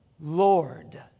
Lord